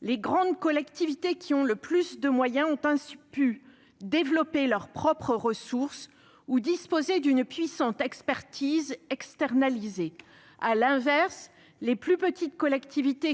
Les grandes collectivités, qui ont le plus de moyens, ont pu développer leurs propres ressources ou disposer d'une puissante expertise externalisée. À l'inverse, les plus petites,